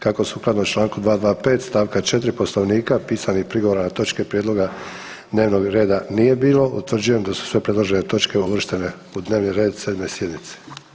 Kako sukladno čl. 225. st. 4. Poslovnika pisanih prigovora na točke prijedloga dnevnog reda nije bilo, utvrđujem da su sve predložene točke uvrštene u dnevni red 7. sjednice.